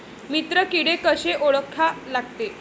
मित्र किडे कशे ओळखा लागते?